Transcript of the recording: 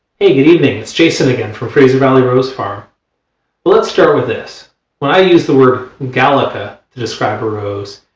hey, good evening, it's jason again from fraser valley rose farm let's start with this when i use the word gallica to describe a rose,